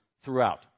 throughout